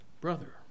brother